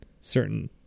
certain